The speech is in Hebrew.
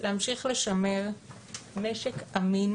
להמשיך לשר משק אמין